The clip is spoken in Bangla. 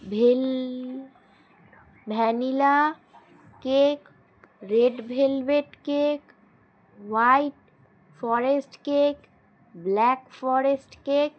well vanilla cake red velvet cake white forest cake black forest cake